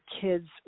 kids